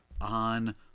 on